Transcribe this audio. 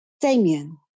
Damien